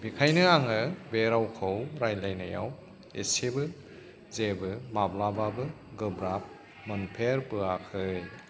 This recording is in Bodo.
बेखायनो आङो बे रावखौ रायलायनायाव इसेबो जेबो माब्लाबाबो गोब्राब मोनफेरबोयाखै